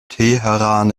teheran